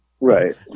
Right